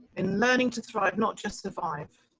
in learning to thrive, not just survive,